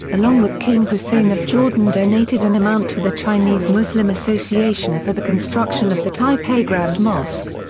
along with king hussein of jordan donated an amount to the chinese muslim association for the construction of the taipei grand mosque.